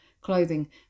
clothing